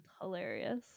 Hilarious